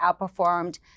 outperformed